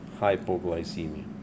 hypoglycemia